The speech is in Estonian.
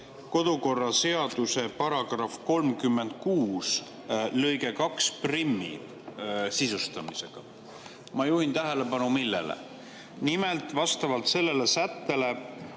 kodukorraseaduse § 36 lõike 21sisustamisega. Ma juhin tähelepanu millele? Nimelt, vastavalt sellele sättele